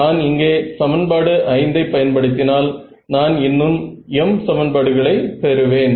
நான் இங்கே சமன்பாடு 5 ஐ பயன்படுத்தினால் நான் இன்னும் m சமன்பாடுகளை பெறுவேன்